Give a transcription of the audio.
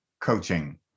coaching